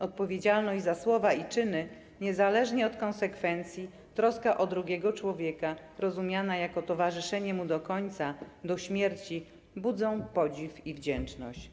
Odpowiedzialność za słowa i czyny niezależnie od konsekwencji, troska o drugiego człowieka, rozumiana jako towarzyszenie mu do końca, do śmierci, budzą podziw i wdzięczność.